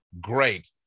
Great